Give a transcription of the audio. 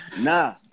nah